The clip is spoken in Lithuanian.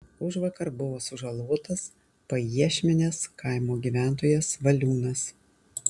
užvakar buvo sužalotas pajiešmenės kaimo gyventojas valiūnas